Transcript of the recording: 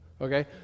Okay